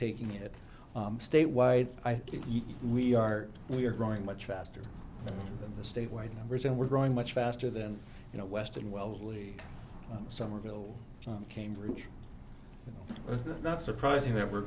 taking it statewide i think we are we are growing much faster than the statewide numbers and we're growing much faster than you know western wellesley somerville cambridge not surprising that we're